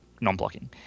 non-blocking